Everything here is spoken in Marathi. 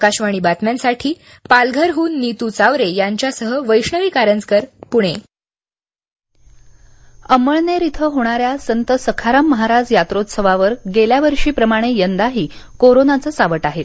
आकाशवाणी बातम्यांसाठी पालघरहून नीतू चावरे यांच्यासह वैष्णवी कारंजकर पुणे अंमळनेर इथं होणाऱ्या संत सखाराम महाराज यात्रोत्सवावर गेल्या वर्षी प्रमाणे यंदाही कोरोनाचं सावट आहे